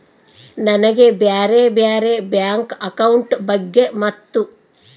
ನನಗೆ ಬ್ಯಾರೆ ಬ್ಯಾರೆ ಬ್ಯಾಂಕ್ ಅಕೌಂಟ್ ಬಗ್ಗೆ ಮತ್ತು?